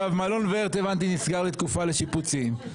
הבנתי שמלון ורט נסגר לתקופה לשיפוצים.